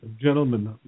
gentlemen